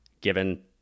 given